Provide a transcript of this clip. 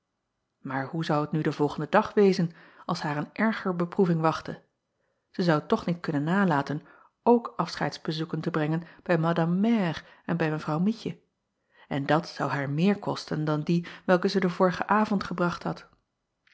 aar hoe zou het nu den volgenden dag wezen als haar een erger beproeving wachtte ij zou toch niet kunnen nalaten ook afscheidsbezoeken te brengen bij madame mère en bij evrouw ietje en dat zou haar meer kosten acob van ennep laasje evenster delen dan die welke zij den vorigen avond gebracht had